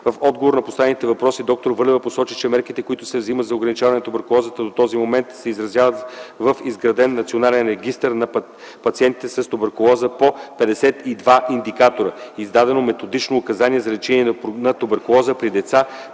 В отговор на поставените въпроси д-р Върлева посочи, че мерките, които се вземат за ограничаване на туберкулозата до този момент се изразяват в изграден национален регистър на пациентите с туберкулоза по 52 индикатора, издадено методично указание за лечение на туберкулозата при децата